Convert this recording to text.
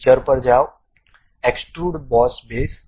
feature પર જાઓ extrude boss base